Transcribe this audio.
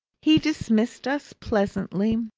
he dismissed us pleasantly,